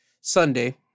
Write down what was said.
Sunday